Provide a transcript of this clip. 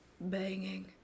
banging